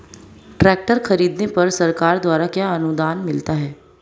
Tractor खरीदने पर सरकार द्वारा क्या अनुदान मिलता है?